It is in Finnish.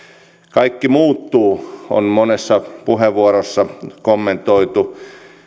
kaikki muuttuu on monessa puheenvuorossa kommentoitu